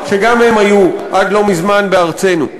שגם הן היו עד לא מזמן בארצנו.